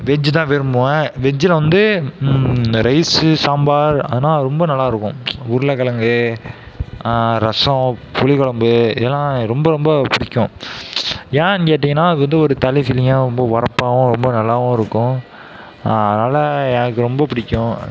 veg தான் விரும்புவேன் வெஜ்ஜில் வந்து இந்த ரைஸ்ஸு சாம்பார் அதுன்னா ரொம்ப நல்லா இருக்கும் உருளைக்கெழங்கு ரசம் புளிக்கொழம்பு இதெல்லாம் ரொம்ப ரொம்ப பிடிக்கும் ஏன்னு கேட்டிங்கன்னா அது வந்து ஒரு தனி ஃபீலிங்காக ரொம்ப ஒரப்பாகவும் ரொம்ப நல்லாவும் இருக்கும் அதனால எனக்கு ரொம்ப பிடிக்கும்